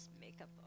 makeup